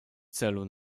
celu